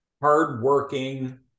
hardworking